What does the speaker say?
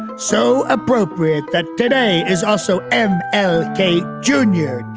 so appropriate that today is also m l day junior